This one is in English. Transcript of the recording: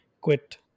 quit